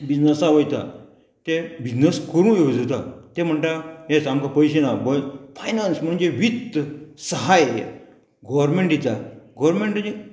बिजनसा वयता ते बिजनस करूं येवजता ते म्हणटा हेंच आमकां पयशे ना पळय फायनान्स म्हणजे वीथ सहाय गोवोरमेंट दिता गोवोरमेंटाचें